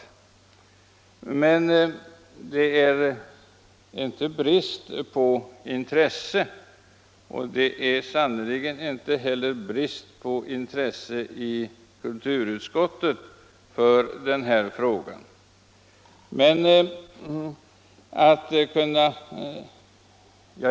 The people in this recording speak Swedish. Men det råder sannerligen inte brist på intresse i kulturutskottet för den här frågan.